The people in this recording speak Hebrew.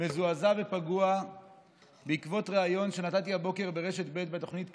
מזועזע ופגוע בעקבות ריאיון שנתתי הבוקר ברשת ב' בתוכנית קלמן-ליברמן,